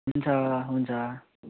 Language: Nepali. हुन्छ हुन्छ